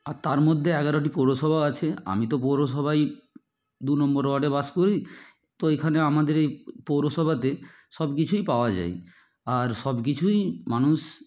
আর তার মধ্যে এগারোটি পৌরসভাও আছে আমি তো পৌরসভায় দু নম্বর ওয়ার্ডে বাস করি তো এখানে আমাদের এই পৌরসভাতে সব কিছুই পাওয়া যায় আর সব কিছুই মানুষ